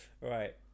Right